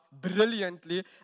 brilliantly